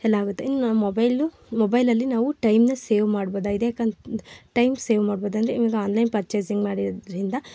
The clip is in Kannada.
ಎಲ್ಲ ಆಗುತ್ತೆ ಇನ್ನು ಮೊಬೈಲು ಮೊಬೈಲಲ್ಲಿ ನಾವು ಟೈಮ್ನ ಸೇವ್ ಮಾಡ್ಬೋದಾಗಿದೆ ಯಾಕಂದ್ ಟೈಮ್ ಸೇವ್ ಮಾಡ್ಬೋದು ಅಂದರೆ ಈವಾಗ ಆನ್ಲೈನ್ ಪರ್ಚೆಸಿಂಗ್ ಮಾಡಿರೋರಿಂದ